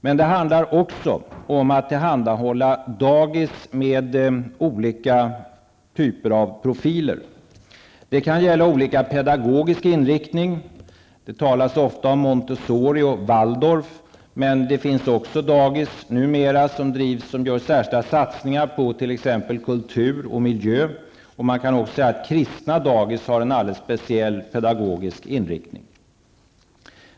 Men det handlar också om att tillhandahålla dagis med olika typer av profil. Det kan gälla olika pedagogisk inriktning. Det talas ju ofta om Montessori och Waldorf. Men det finns numera också dagis där man gör särskilda satsningar på t.ex. kultur och miljö. Man kan även säga att kristna dagis har en alldeles speciell pedagogisk inriktning.